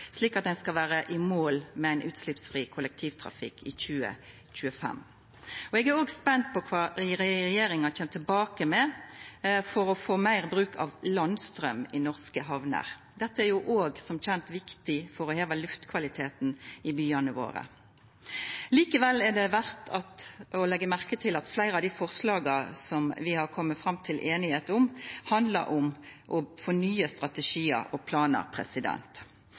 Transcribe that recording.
slik at ein kjem i mål med ein utsleppsfri kollektivtrafikk i 2025. Eg er òg spent på kva regjeringa kjem tilbake med for å få meir bruk av landstraum i norske hamner. Dette er òg – som kjent – viktig for å heva luftkvaliteten i byane våre. Likevel er det verdt å leggja merke til at fleire av dei forslaga som vi har blitt einige om, handlar om å få nye strategiar og planar.